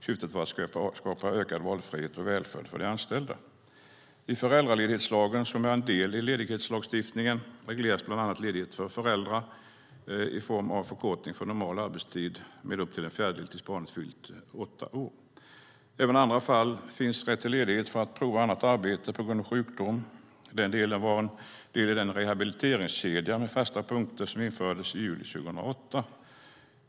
Syftet var att skapa ökad valfrihet och välfärd för de anställda. I föräldraledighetslagen, som är en del av ledighetslagstiftningen, regleras bland annat ledighet för föräldrar i form av en förkortning av normal arbetstid med upp till en fjärdedel tills barnet fyllt åtta år. Det finns även rätt till ledighet för att prova annat arbete på grund av sjukdom. Det var en del i den rehabiliteringskedja med fasta punkter som infördes i juli 2008.